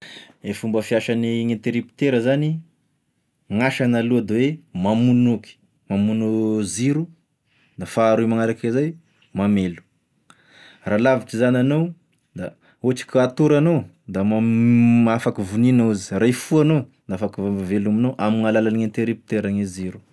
E fomba fisagn'ny gn'interrupteur zany, gn'asagny aloha da hoe mamogno eky, mamogno ziro, faharoy magnaraky zay mamelo, raha lavitry zany anao, da ohatra ka hatory anao da mam- afaky voneinao izy, raha hifoha anao la afaky velomignao amin'ny alalagn'ny interrupteur gne ziro.